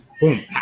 Boom